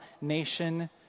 nation